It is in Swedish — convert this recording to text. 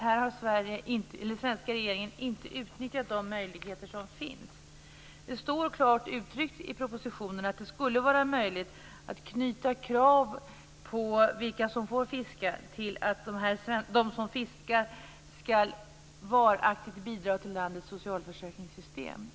Här har den svenska regeringen inte utnyttjat de möjligheter som finns. Det står klart uttryckt i propositionen att det skulle vara möjligt att knyta kraven på vilka som får fiska till att de som fiskar skall varaktigt bidra till landets socialförsäkringssystem.